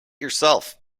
yourself